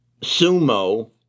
Sumo